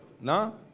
No